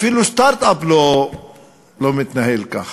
אפילו סטרט-אפ לא מתנהל ככה.